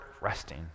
resting